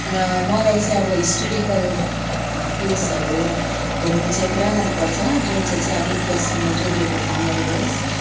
र मलाई चाहिँ अब हिस्टोरिकल प्लेसहरू घुम्नु चाहिँ पुरा मनपर्छ जुन चाहिँ चाहिँ अब इतिहाससँग जोडिएको ठाउँहरू होस्